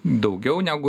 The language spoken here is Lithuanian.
daugiau negu